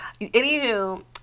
Anywho